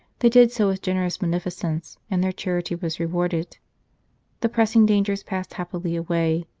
they did so with generous munificence, and their charity was rewarded the pressing dangers passed happily away,